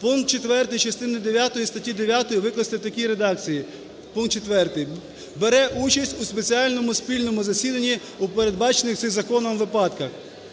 пункт 4 частини дев'ятої статті 9 викласти в такій редакції: "пункт 4: бере участь у спеціальному спільному засіданні у передбачених цим законом випадках";